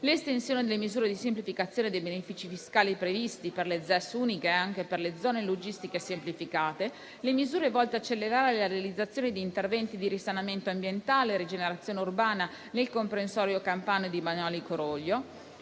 l'estensione delle misure di semplificazione dei benefici fiscali previsti per le ZES uniche e anche per le zone logistiche semplificate; le misure volte ad accelerare la realizzazione di interventi di risanamento ambientale e rigenerazione urbana nel comprensorio campano di Bagnoli-Coroglio.